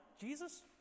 Jesus